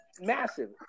massive